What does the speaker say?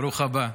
ברוך הבא.